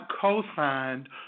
co-signed